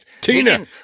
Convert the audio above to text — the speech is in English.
Tina